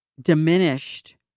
diminished